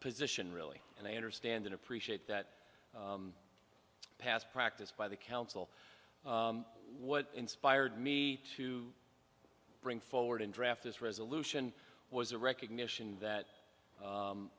position really and i understand and appreciate that past practice by the council what inspired me to bring forward in draft this resolution was a recognition that